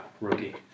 rookie